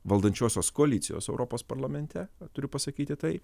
valdančiosios koalicijos europos parlamente turiu pasakyti tai